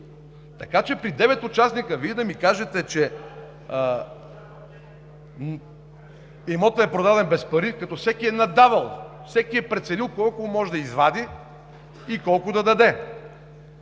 Така че при девет участника Вие да ми кажете, че имотът е продаден без пари, като всеки е наддавал, всеки е преценил колко може да извади и колко да даде…